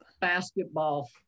Basketball